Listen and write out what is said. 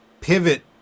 pivot